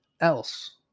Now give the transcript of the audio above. else